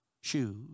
shoes